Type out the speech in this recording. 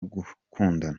gukundana